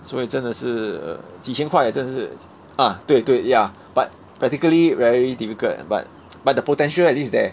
所以真的是几千块 eh 真的是 ah 对对 ya but particularly very difficult but but the potential at least is there